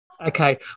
Okay